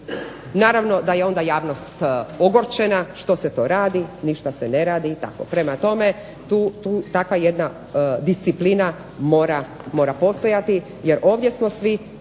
Naravno da je onda javnost ogorčena, što se to radi, ništa se ne radi itd. Prema tome, takva jedna disciplina mora postojati jer ovdje smo svi